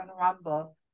Rumble